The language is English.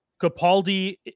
capaldi